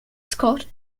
scott